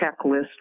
checklist